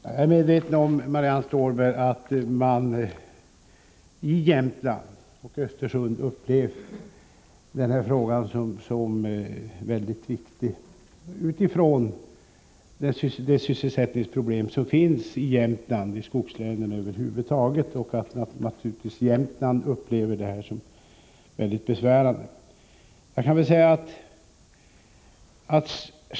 Herr talman! Ja, Marianne Stålberg, jag är medveten om att man i Östersund och i Jämtlands län har upplevt den här frågan som väldigt viktig utifrån de sysselsättningsproblem som finns i Jämtland och i skogslänen över huvud taget. Jag förstår att dessa upplevs som mycket besvärande.